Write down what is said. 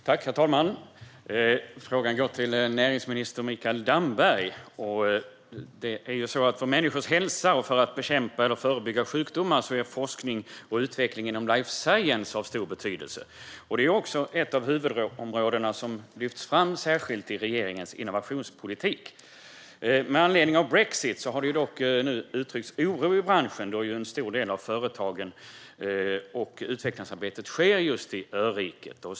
Herr talman! Frågan går till näringsminister Mikael Damberg. För människors hälsa och för att bekämpa eller förebygga sjukdomar är forskning och utveckling inom life science av stor betydelse. Det är ett av de huvudområden som lyfts fram särskilt i regeringens innovationspolitik. Med anledning av brexit har det dock utryckts oro i branschen då en stor del av företagen och utvecklingsarbetet finns i öriket.